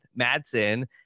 Madsen